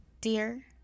Dear